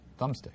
thumbstick